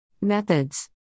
Methods